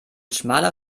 schmaler